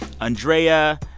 Andrea